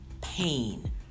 pain